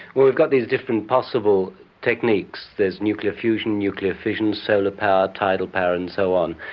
we've got these different possible techniques, there's nuclear fusion, nuclear fission, solar power, tidal power and so on.